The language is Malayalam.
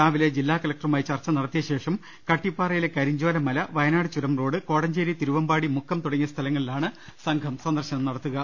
രാവിലെ ജില്ലാ കലക്ടറുമായി ചർച്ച നടത്തിയ ശേഷ്ടര കട്ടിപ്പാറയിലെ കരിഞ്ചോല മല വയനാട് ചുരം റോഡ് കോടട്ടേഞ്ചേരി തിരുവമ്പാടി മുക്കം തുടങ്ങിയ സ്ഥലങ്ങളിലാണ് സംഘം സന്ദർശനം നടത്തുക